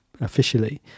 officially